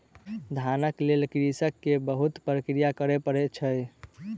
धानक लेल कृषक के बहुत प्रक्रिया करय पड़ै छै